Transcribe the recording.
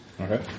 Okay